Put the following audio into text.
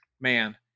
man